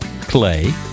Clay